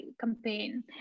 campaign